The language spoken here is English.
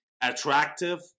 attractive